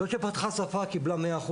זו שפתחה את השפה קיבלה 100%,